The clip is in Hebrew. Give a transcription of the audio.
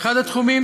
אחד התחומים